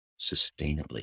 sustainably